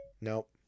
Nope